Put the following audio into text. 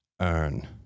earn